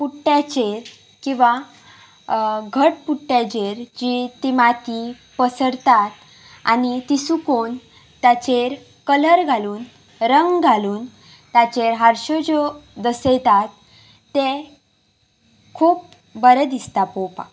पुट्ट्याचेर किंवां घट पुट्ट्याचेर जी ती माती पसरतात आनी ती सुकोवन ताचेर कलर घालून रंग घालून ताचेर हारश्यो ज्यो दसयतात ते खूब बरें दिसता पळोवपाक